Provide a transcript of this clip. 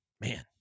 man